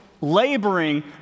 laboring